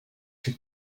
too